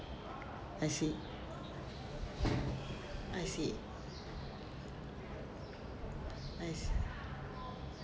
I see I see I see